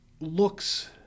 looks